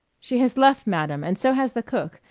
she has left, madam, and so has the cook,